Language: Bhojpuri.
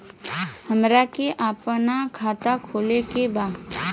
हमरा के अपना खाता खोले के बा?